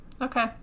Okay